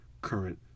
current